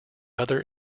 other